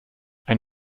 ein